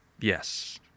yes